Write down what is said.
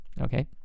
Okay